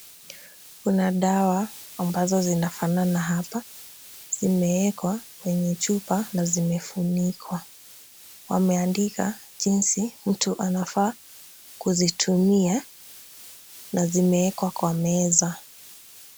Kuna dawa ambazo zinafanana hapa. Zimewekwa kwenye chupa na zimefunikwa. Wameandika jinsi mtu anafaa kuzitumia na zimewekwa kwa meza.